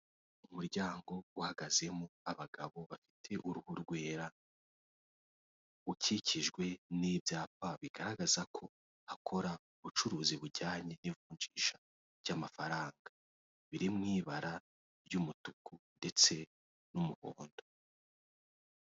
Umuryango uhagazemo abagabo bafite uruhu rwera, ukikijwe n'ibyapa bigaragaza ko hakora ubucuruzi bujyanye n'ivunjisha ry'amafaranga, biri mu ibara ry'umutuku ndetse n'umuhondo.